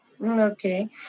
Okay